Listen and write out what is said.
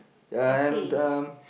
ya and um